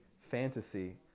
fantasy